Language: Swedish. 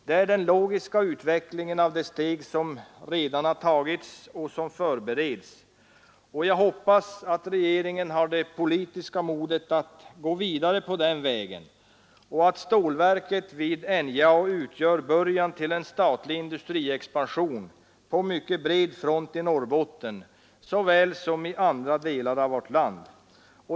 Det är den logiska utvecklingen av steg som redan tagits och som förbereds. Jag hoppas att regeringen har det politiska modet att gå vidare på den vägen och att stålverket vid NJA utgör början till en statlig industriexpansion på mycket bred front såväl i Norrbotten som i andra delar av vårt land.